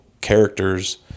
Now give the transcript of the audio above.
characters